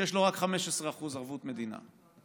שיש לו רק 15% ערבות מדינה.